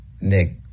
Nick